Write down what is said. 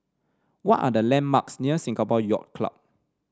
what are the landmarks near Singapore Yacht Club